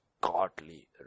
godly